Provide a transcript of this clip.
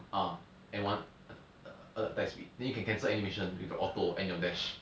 ah and one text meet then you can cancel any mission with your auto and your dash